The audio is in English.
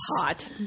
hot